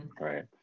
Right